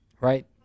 right